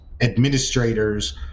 administrators